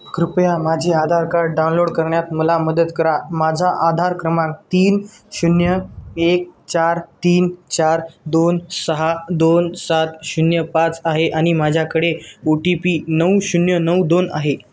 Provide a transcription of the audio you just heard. कृपया माझी Aadhaar card download करण्यात मला मदत करा माझा आधार क्रमांक तीन शून्य एक चार तीन चार दोन सहा दोन सात शून्य पाच आहे आणि माझ्याकडे ओ टी पी नऊ शून्य नऊ दोन आहे